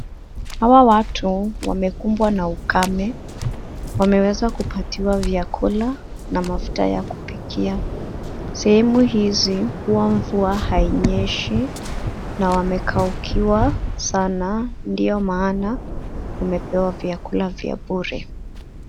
Hawa watu wamekumbwa na ukame, wameweza kupatiwa vyakula na mafuta ya kupikia. Sehemu hizi, huwa mvua hainyeshi na wamekaukiwa sana ndio maana wamepewa vyakula vya bure.